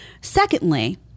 Secondly